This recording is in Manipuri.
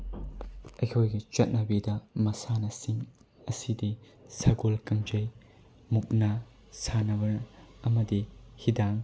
ꯑꯩꯈꯣꯏꯒꯤ ꯆꯠꯅꯕꯤꯗ ꯃꯁꯥꯟꯅꯁꯤꯡ ꯑꯁꯤꯗꯤ ꯁꯒꯣꯜ ꯀꯥꯡꯖꯩ ꯃꯨꯛꯅꯥ ꯁꯥꯟꯅꯕ ꯑꯃꯗꯤ ꯍꯤꯗꯥꯡ